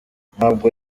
ntabwo